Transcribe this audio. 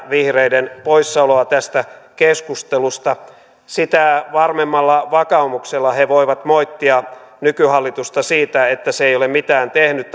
vihreiden poissaoloa tästä keskustelusta sitä varmemmalla vakaumuksella he voivat moittia nykyhallitusta siitä että se ei ole mitään tehnyt